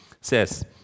says